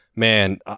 man